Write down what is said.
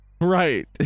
Right